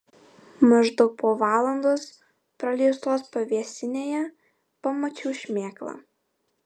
maždaug po valandos praleistos pavėsinėje pamačiau šmėklą